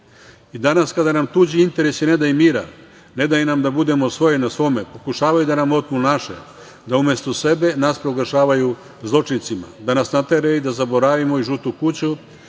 Danas kada nam tuđi interesi ne daju mira, ne daju nam da budemo svoj na svome, pokušavaju da nam otmu naše, da umesto sebe nas proglašavaju zločincima, da nas nateraju da zaboravimo i „žutu kuću“